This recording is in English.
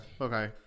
Okay